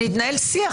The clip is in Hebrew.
מתנהל שיח.